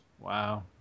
Wow